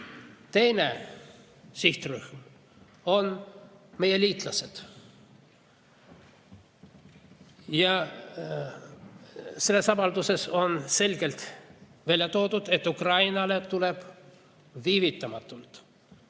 Teine sihtrühm on meie liitlased. Selles avalduses on selgelt välja toodud, et Ukrainale tuleb viivitamatult